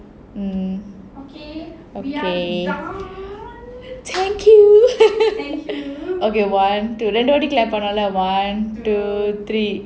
mm okay thank you okay one two one two three